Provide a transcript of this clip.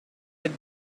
with